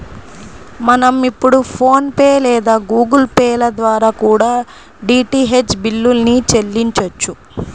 మనం ఇప్పుడు PhonePe లేదా గుగుల్ పే ల ద్వారా కూడా డీటీహెచ్ బిల్లుల్ని చెల్లించొచ్చు